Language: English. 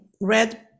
red